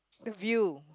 view